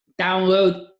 download